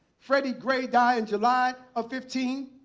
freddie gray died in july of fifteen.